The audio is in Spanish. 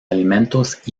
alimentos